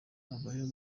habayeho